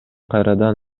кайрадан